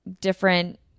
different